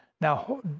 now